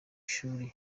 shuri